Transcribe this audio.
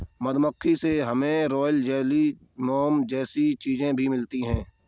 मधुमक्खी से हमे रॉयल जेली, मोम जैसी चीजे भी मिलती है